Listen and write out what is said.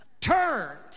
turned